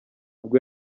ubwo